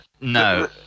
No